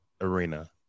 arena